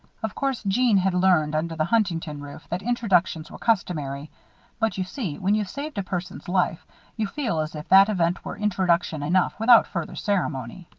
of course jeanne had learned under the huntington roof that introductions were customary but you see, when you've saved a person's life you feel as if that event were introduction enough without further ceremony.